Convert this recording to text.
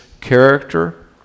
character